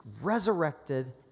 resurrected